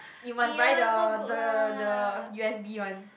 you must buy the the the U_S_B one